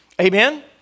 Amen